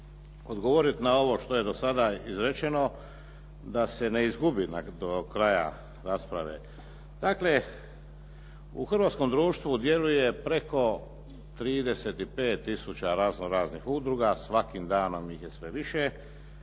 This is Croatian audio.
odgovoriti na ovo što je do sada izrečeno da se ne izgubi do kraja rasprave. Dakle, u hrvatskom društvu djeluje preko 35 tisuća raznoraznih udruga, svakim danom ih je sve više.